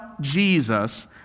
Jesus